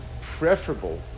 preferable